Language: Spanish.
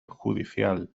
judicial